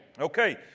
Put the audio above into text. Okay